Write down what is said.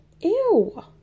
ew